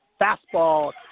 Fastball